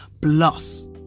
plus